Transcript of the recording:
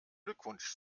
glückwunsch